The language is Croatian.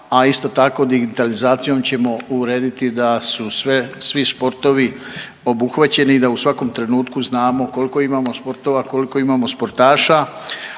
a isto tako digitalizacijom ćemo urediti da su sve svi sportovi obuhvaćeni i u da u svakom trenutku znamo koliko imamo sportova, koliko imamo sportaša.